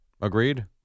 Agreed